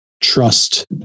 trust